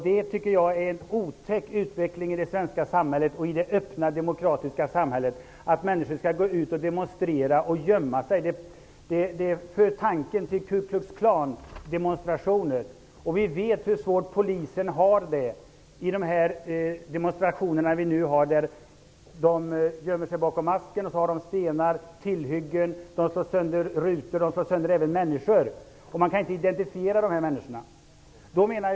Det tycker jag är en otäck utveckling i det svenska samhället och i det öppna demokratiska samhället. Att människor skall gå och demonstrera och gömma sig för tankarna till Ku Klux Klans demonstrationer. Vi vet hur svårt polisen har det i demonstrationer där deltagarna gömmer sig bakom masker och med stenar och andra tillhyggen slår sönder fönsterrutor och även männniskor. Man kan inte identifiera de maskerade demonstranterna.